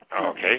Okay